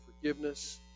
forgiveness